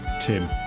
Tim